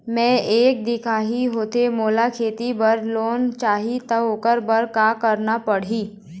मैं एक दिखाही होथे मोला खेती बर लोन चाही त ओकर बर का का करना पड़ही?